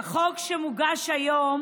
החוק שמוגש היום